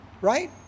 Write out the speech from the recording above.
right